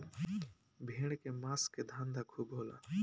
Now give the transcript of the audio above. भेड़ के मांस के धंधा खूब होला